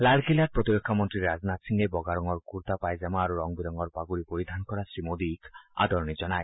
লালকিল্লাত প্ৰতিৰক্ষা মন্ত্ৰী ৰাজনাথ সিঙে বগা ৰঙৰ কূৰ্তা পায়জামা আৰু ৰং বিৰঙৰ পাগুৰী পৰিধান কৰা শ্ৰীমোদীক আদৰণি জনায়